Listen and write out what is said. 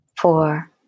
four